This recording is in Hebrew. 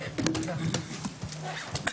הישיבה ננעלה בשעה 14:01.